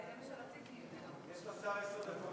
יש לו עשר דקות.